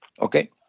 okay